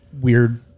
weird